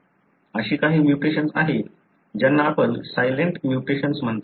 अशी काही म्युटेशन्स आहेत ज्यांना आपण सायलेंट म्युटेशन्स म्हणता